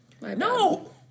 No